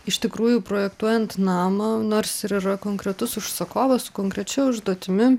iš tikrųjų projektuojant namą nors ir yra konkretus užsakovas su konkrečia užduotimi